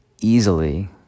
easily